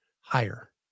higher